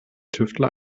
tüftler